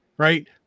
right